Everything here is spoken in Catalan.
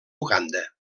uganda